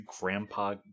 grandpa